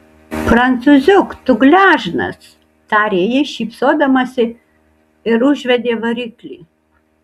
prancūziuk tu gležnas tarė ji šypsodamasi ir užvedė variklį